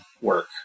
work